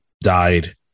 died